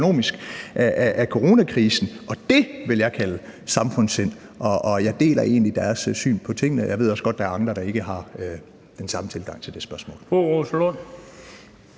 af coronakrisen, og det vil jeg kalde for samfundssind. Jeg deler egentlig deres syn på tingene, og jeg ved også godt, at der er andre, der ikke har den samme tilgang til det spørgsmål.